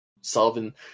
solving